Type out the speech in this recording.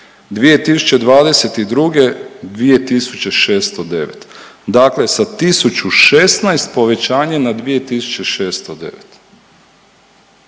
2022. 2 609. Dakle sa 1016 povećanje na 2 609.